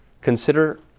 Consider